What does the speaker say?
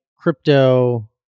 crypto